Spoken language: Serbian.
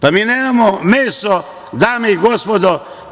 Pa, mi nemamo meso, dame i gospodo.